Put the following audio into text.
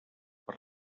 per